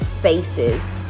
Faces